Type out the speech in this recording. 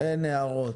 אין הערות.